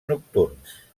nocturns